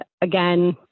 again